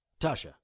Tasha